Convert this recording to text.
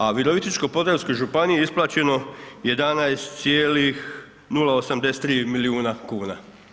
A Virovitičko-podravskoj županiji je isplaćeno 11,083 milijuna kuna.